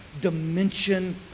dimension